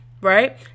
right